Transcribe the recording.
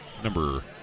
Number